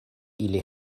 ili